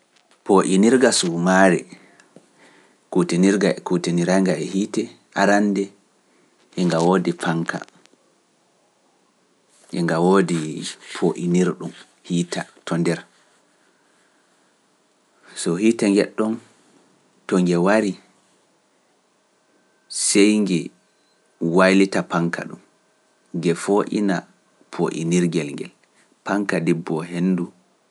Poo'inirga suumaare, kuutinirnga- kuutiniraynga e hiite arannde e nga woodi fanka, e nga woodi poo'inirɗum heater to nder. So hiite ngenɗon to nge warii sey nge waylita fanka ɗum nge foo'ina poo'inirgel ngel, fanka dibboo henndu.